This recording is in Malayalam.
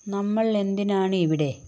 നമ്മൾ എന്തിനാണ് ഇവിടെ